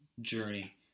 journey